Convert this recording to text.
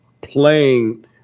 playing